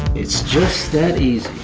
it's just that easy.